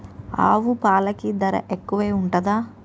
ఆవు పాలకి ధర ఎక్కువే ఉంటదా?